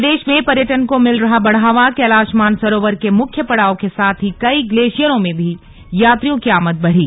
प्रदेश में पर्यटन को मिल रहा बढ़ावाकैलाश मानसरोवर के मुख्य पड़ाव के साथ ही कई ग्लेशियरों में भी यात्रियों की आमद बढ़ी